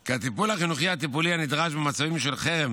כי הטיפול החינוכי הטיפולי הנדרש במצבים של חרם